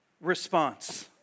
response